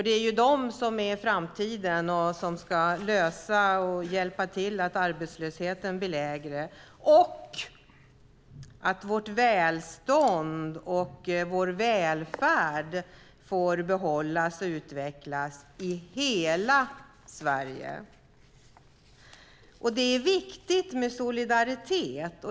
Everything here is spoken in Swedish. Det är de som är framtiden och ska hjälpa till att minska arbetslösheten och se till att vårt välstånd och vår välfärd får behållas och utvecklas i hela Sverige. Det är viktigt med solidaritet.